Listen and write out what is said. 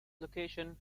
location